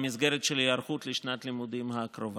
במסגרת ההיערכות לשנת הלימודים הקרובה.